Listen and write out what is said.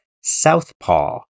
Southpaw